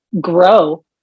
grow